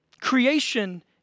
Creation